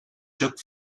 took